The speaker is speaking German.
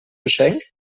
geschenk